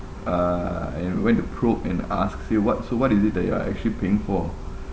uh and went to probe and ask say what so what is it that you are actually paying for